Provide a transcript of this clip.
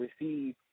receive